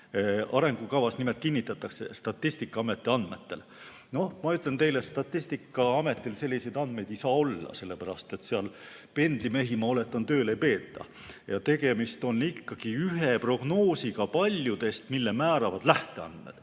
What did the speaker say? Arengukavas nimelt kinnitatakse, et Statistikaameti andmetel. Ma ütlen teile, et Statistikaametil selliseid andmeid ei saa olla, sest seal pendlimehi, ma oletan, tööl ei peeta. Tegemist on ikkagi ühe prognoosiga paljudest, mille määravad lähteandmed.